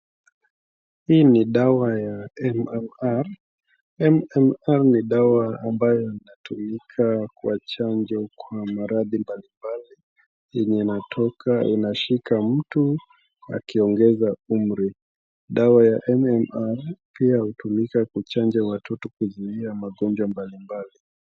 Hii ni dawa ya MMR. MMR ni dawa ambayo inatumika kwa chanjo kwa maradhi mbalimbali yenye inashika mtu akiongeza umri. Dawa ya MMR pia hutumika kuchanja watoto kuzuia magonjwa mbali mbali.